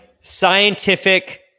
scientific